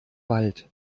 wald